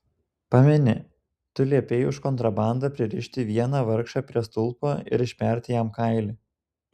pameni tu liepei už kontrabandą pririšti vieną vargšą prie stulpo ir išperti jam kailį